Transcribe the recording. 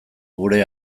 gure